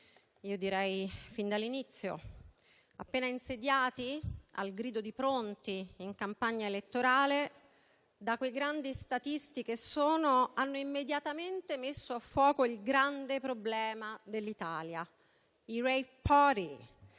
ma fin dall'inizio. Appena insediati, al grido di «pronti» in campagna elettorale, da quei grandi statisti che sono, hanno immediatamente messo a fuoco il grande problema dell'Italia, i *rave party,*